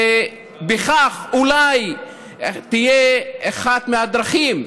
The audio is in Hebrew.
וזו אולי תהיה אחת הדרכים,